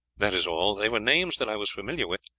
that is all they were names that i was familiar with,